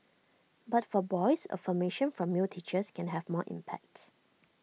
but for boys affirmation from male teachers can have more impact